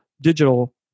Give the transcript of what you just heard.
digital